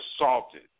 assaulted